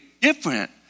different